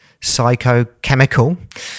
psychochemical